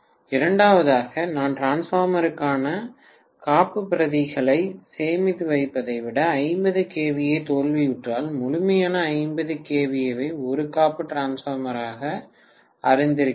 இரண்டாவதாக எனது டிரான்ஸ்பார்மருக்கான காப்புப்பிரதிகளை சேமித்து வைப்பதை விட 50 kVA தோல்வியுற்றால் முழுமையான 50 kVA ஐ ஒரு காப்பு டிரான்ஸ்பார்மராக அறிந்திருக்கிறேன்